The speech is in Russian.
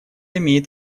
имеет